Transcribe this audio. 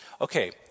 Okay